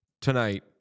tonight